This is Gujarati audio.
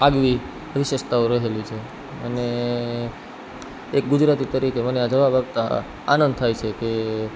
આગવી વિશેષતાઓ રહેલી છે અને એક ગુજરાતી તરીકે મને આ જવાબ આપતા આનંદ થાય છે કે